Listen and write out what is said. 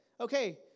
okay